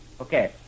Okay